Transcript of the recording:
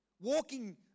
Walking